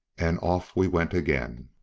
and off we went again.